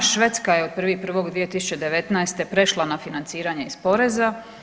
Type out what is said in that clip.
Švedska je od 1.1.2019. prešla na financiranje iz poreza.